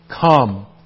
come